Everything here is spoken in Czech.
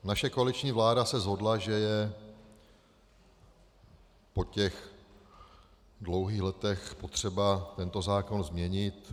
Naše koaliční vláda se shodla, že je po těch dlouhých letech potřeba tento zákon změnit.